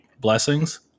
blessings